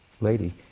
lady